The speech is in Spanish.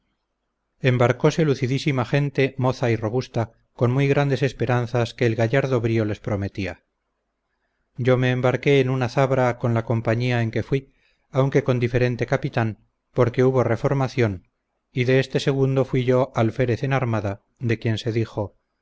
puerto embarcose lucidísima gente moza y robusta con muy grandes esperanzas que el gallardo brio les prometía yo me embarqué en una zabra con la compañía en que fuí aunque con diferente capitán porque hubo reformación y de este segundo fuí yo alférez en armada de quien se dijo